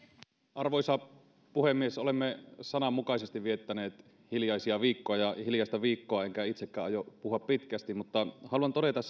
arvoisa puhemies olemme sananmukaisesti viettäneet hiljaisia viikkoja ja hiljaista viikkoa enkä itsekään aio puhua pitkästi haluan todeta